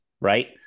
right